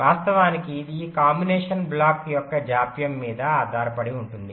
వాస్తవానికి ఇది ఈ కాంబినేషన్ బ్లాక్ యొక్క జాప్యం మీద ఆధారపడి ఉంటుంది